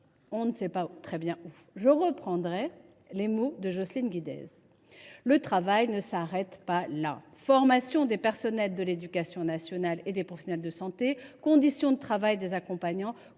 pour la loi Grand Âge… Je reprendrai les mots de Jocelyne Guidez :« Le travail ne s’arrête pas là !» Formation des personnels de l’éducation nationale et des professionnels de santé, conditions de travail des accompagnants,